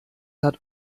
hat